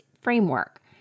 framework